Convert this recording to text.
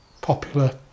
popular